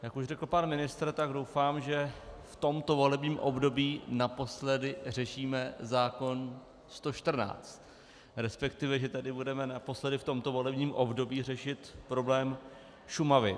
Jak už řekl pan ministr, tak doufám, že v tomto volebním období naposledy řešíme zákon 114, resp. že tedy budeme naposledy v tomto volebním období řešit problém Šumavy.